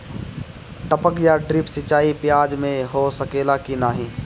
टपक या ड्रिप सिंचाई प्याज में हो सकेला की नाही?